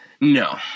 No